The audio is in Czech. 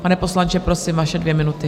Pane poslanče, prosím, vaše dvě minuty.